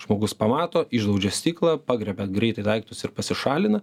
žmogus pamato išdaužia stiklą pagriebia greitai daiktus ir pasišalina